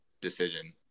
decision